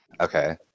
Okay